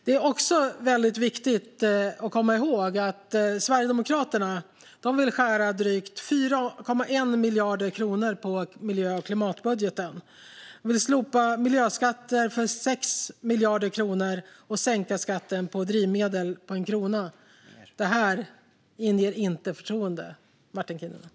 Det är viktigt att komma ihåg att Sverigedemokraterna vill skära ned 4,1 miljarder kronor på miljö och klimatbudgeten, slopa miljöskatter om 6 miljarder kronor och sänka skatten på drivmedel med en krona. Det här inger inte förtroende, Martin Kinnunen.